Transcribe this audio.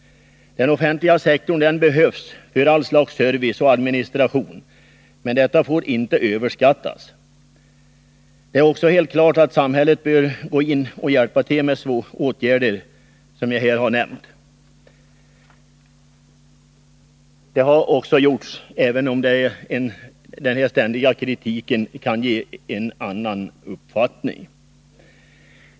Den offentliga sektorn behövs för all slags service och administration, men detta får inte överskattas. Det är också helt klart att samhället bör gå in och hjälpa till med åtgärder, som jag här har nämnt. Det har också gjorts, även om den ständiga kritiken kan ge en annan uppfattning.